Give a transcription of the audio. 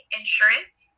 insurance